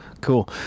Cool